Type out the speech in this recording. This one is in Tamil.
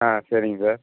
ஆ சரிங்க சார்